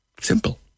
Simple